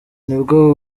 nibwo